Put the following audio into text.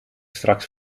straks